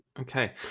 Okay